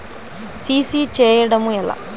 CC చేయడము ఎలా?